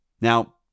Now